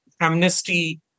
Amnesty